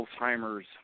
Alzheimer's